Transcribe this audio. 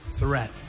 threat